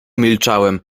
milczałem